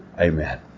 Amen